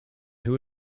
who